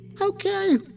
Okay